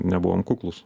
nebuvom kuklūs